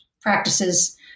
practices